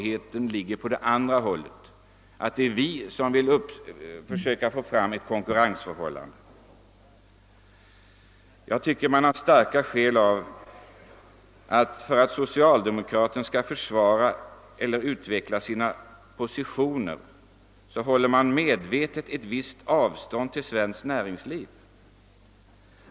Herr Lindholm sade att det är vi som vill försöka få fram ett konkurrensförhållande. Jag tycker att man har en stark känsla av att socialdemokraterna för att de skall kunna försvara eller utveckla sina positioner medvetet håller ett visst avstånd till svenskt näringsliv.